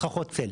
סככות הצל.